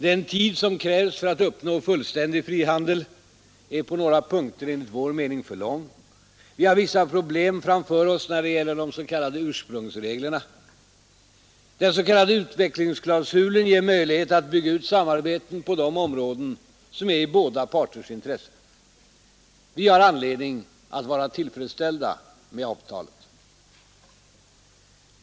Den tid som krävs för att uppnå fullständig frihandel är på några punkter enligt vår mening för lång. Vi har vissa problem framför oss när det gäller de s.k. ursprungsreglerna. Den s.k. utvecklingsklausulen ger möjlighet att bygga ut samarbetet på områden som är i båda parters intresse. Vi har anledning att vara tillfredsställda med avtalet.